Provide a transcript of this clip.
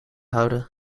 houden